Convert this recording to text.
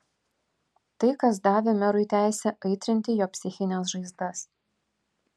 tai kas davė merui teisę aitrinti jo psichines žaizdas